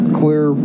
clear